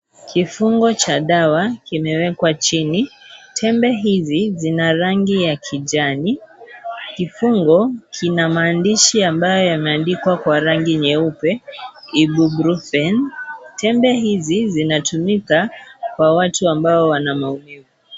Kifungo cha dawa kimewekwa chini . Tembe hizi zina rangi ya kijani . Kifungo kina maandishi ambayo yameandikwa kwa rangi nyeupe Ibuprofen . Tembe hizi zinatumika kwa watu ambao wana maumivu.